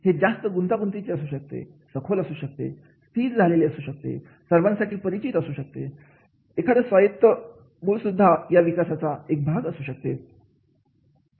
हे जास्त गुंतागुंतीचे असू शकते सखोल असू शकते स्थिर झालेली असू शकते सर्वांसाठी परिचित असू शकते एखादं स्वायत्त मूळ सुद्धा या विकासाचा एक भाग असू शकते